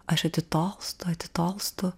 aš atitolstu atitolstu